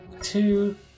two